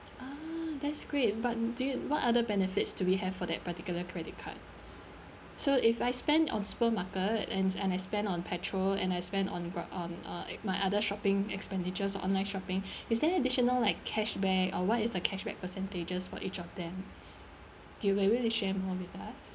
ah that's great but did you what other benefits do we have for that particular credit card so if I spend on supermarket and and I spend on petrol and I spend on gro~ um uh my other shopping expenditures or online shopping is there additional like cashback or what is the cashback percentages for each of them do will you to share more with us